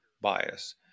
bias